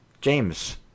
James